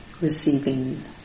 Receiving